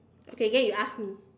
okay then you ask me